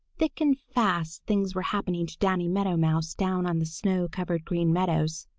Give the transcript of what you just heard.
thick and fast things were happening to danny meadow mouse down on the snow-covered green meadows.